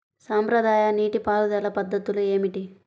సాంప్రదాయ నీటి పారుదల పద్ధతులు ఏమిటి?